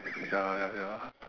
ya ya ya